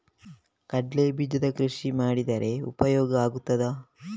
ಕಡ್ಲೆ ಬೀಜದ ಕೃಷಿ ಮಾಡಿದರೆ ಉಪಯೋಗ ಆಗುತ್ತದಾ?